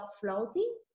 floating